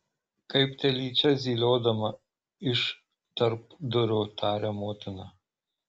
kaip telyčia zyliodama iš tarpdurio taria motina